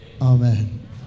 Amen